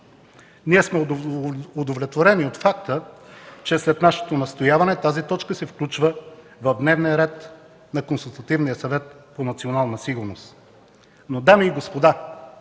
Ние сме удовлетворени от факта, че след нашето настояване тази точка се включва в дневния ред на Консултативния съвет по национална сигурност. Но, дами и господа,